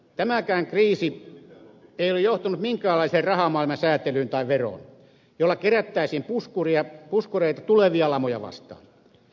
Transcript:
tämäkään kriisi ei ole johtanut minkäänlaiseen rahamaailman säätelyyn tai veroon jolla kerättäisiin puskureita tulevia lamoja vastaan